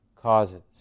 causes